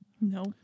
No